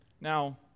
Now